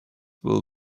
will